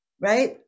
right